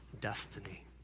destiny